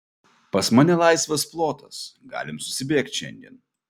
pas mane laisvas plotas galim susibėgt šiandien